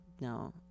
no